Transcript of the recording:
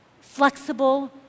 flexible